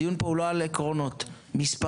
הדיון פה הוא לא על עקרונות, אלא על מספרים.